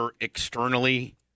externally